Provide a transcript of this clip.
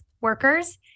workers